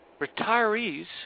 Retirees